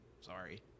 Sorry